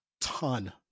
ton